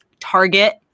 Target